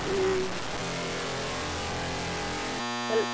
ம் சொல்